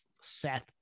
Seth